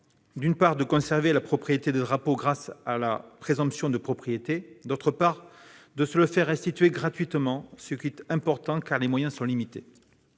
d'une part, de conserver la propriété des drapeaux grâce à la présomption de propriété, et, d'autre part, de se les faire restituer gratuitement, ce qui est important, car leurs moyens sont limités.